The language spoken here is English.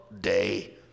day